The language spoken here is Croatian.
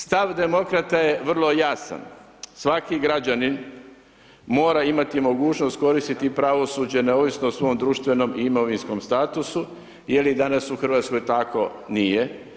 Stav demokrata je vrlo jasna, svaki građanin, mora imati mogućnost koristiti pravosuđe neovisno o svom društvenom i imovinskom statusu, je li danas u Hrvatskoj tako, nije.